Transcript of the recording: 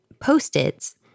post-its